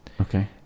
Okay